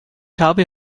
habe